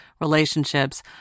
relationships